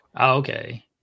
Okay